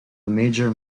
major